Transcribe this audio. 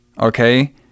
okay